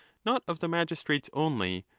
not of the magistrates only,